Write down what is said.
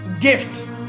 gifts